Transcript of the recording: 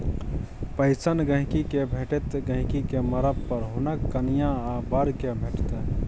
pension गहिंकी केँ भेटतै गहिंकी केँ मरब पर हुनक कनियाँ या बर केँ भेटतै